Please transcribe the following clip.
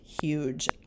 huge